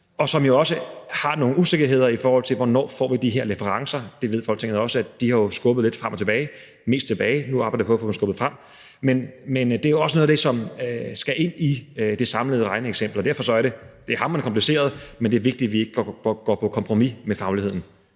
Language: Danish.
– som jo også har nogle usikkerheder, i forhold til hvornår vi får de her leverancer. De er jo, som Folketinget også ved, blevet skubbet lidt frem og tilbage, mest tilbage. Nu arbejder vi på at få dem skubbet frem. Men det er jo også noget af det, som skal ind i det samlede regneeksempel, og derfor er det hamrende kompliceret, men det er vigtigt, at vi ikke går på kompromis med fagligheden.